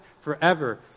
forever